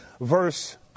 verse